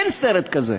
אין סרט כזה.